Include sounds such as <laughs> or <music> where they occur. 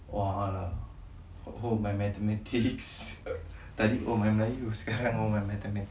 oh a'ah lah oh my mathematics <laughs> tadi oh my melayu sekarang oh my mathematics